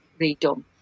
redone